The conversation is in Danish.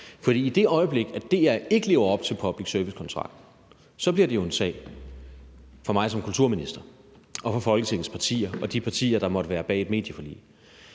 i det øjeblik DR ikke lever op til public service-kontrakten, bliver det jo en sag for mig som kulturminister og for Folketingets partier og de partier, der måtte være bag et medieforlig.